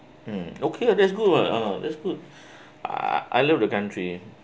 mm okay uh that's good [what] uh that's good I I love the country